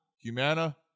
Humana